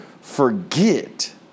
forget